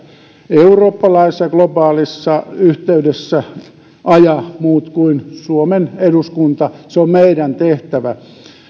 eurooppalaisessa ja globaalissa yhteydessä aja muut kuin suomen eduskunta se on meidän tehtävämme